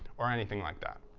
or anything like that.